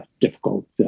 difficult